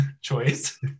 choice